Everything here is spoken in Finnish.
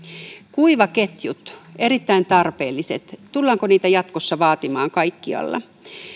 kuivaketjut erittäin tarpeelliset tullaanko niitä jatkossa vaatimaan kaikkialla